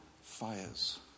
fires